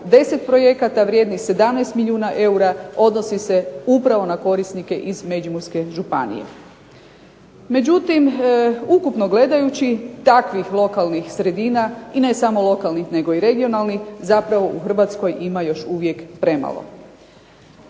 10 projekata vrijednih 17 milijuna eura odnosi se na korisnike iz Međimurske županije. Međutim ukupno gledajući, takvih lokalnih sredina i ne samo lokalnih nego i regionalnih zapravo u Hrvatskoj ima još uvijek premalo.